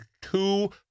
two